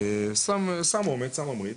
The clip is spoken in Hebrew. זה סם שהוא ממריץ.